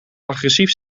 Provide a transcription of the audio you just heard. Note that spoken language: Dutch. agressief